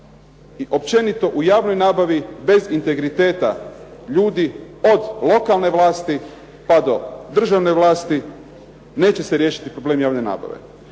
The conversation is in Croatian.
i općenito u javnoj nabavi bez integriteta ljudi od lokalne vlasti pa do državne vlasti neće se riješiti problem javne nabave.